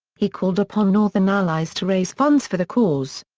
he called upon northern allies to raise funds for the cause.